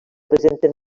presenten